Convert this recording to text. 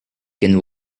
can